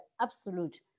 absolute